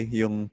yung